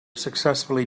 successfully